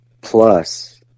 plus